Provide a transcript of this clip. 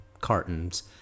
cartons